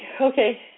Okay